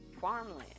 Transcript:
farmland